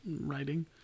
Writing